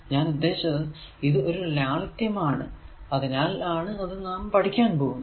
ഞാൻ ഉദ്ദേശിച്ചത് ഇത് ഒരു ലാളിത്യം ആണ് അതിനാൽ ആണ് അത് നാം പഠിക്കാൻ പോകുന്നത്